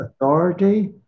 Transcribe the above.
authority